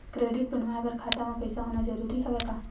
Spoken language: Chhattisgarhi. क्रेडिट बनवाय बर खाता म पईसा होना जरूरी हवय का?